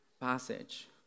passage